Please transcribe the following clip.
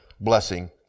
blessing